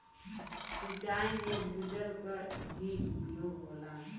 सिंचाई में भूजल क ही उपयोग होला